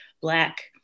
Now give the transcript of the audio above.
Black